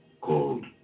called